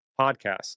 podcast